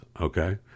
okay